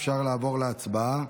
אפשר לעבור להצבעה.